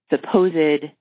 supposed